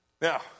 Now